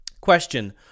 Question